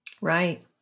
Right